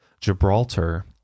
Gibraltar